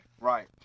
right